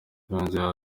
yongeyeho